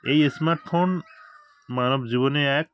এই smart phone মানবজীবনে এক